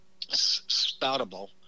Spoutable